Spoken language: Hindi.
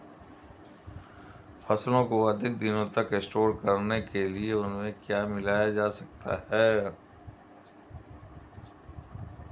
फसलों को अधिक दिनों तक स्टोर करने के लिए उनमें क्या मिलाया जा सकता है?